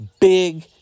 big